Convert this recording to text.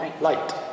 light